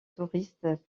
touristes